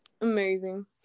amazing